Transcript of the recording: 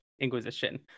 Inquisition